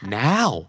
now